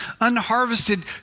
unharvested